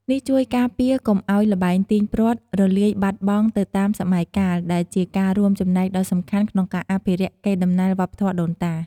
នេះជួយការពារកុំឱ្យ ល្បែងទាញព្រ័ត្រ រលាយបាត់បង់ទៅតាមសម័យកាល ដែលជាការរួមចំណែកដ៏សំខាន់ក្នុងការអភិរក្សកេរដំណែលវប្បធម៌ដូនតា។